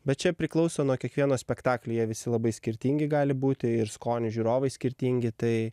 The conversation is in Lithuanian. bet čia priklauso nuo kiekvieno spektaklyje visi labai skirtingi gali būti ir skonių žiūrovai skirtingi tai